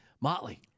Motley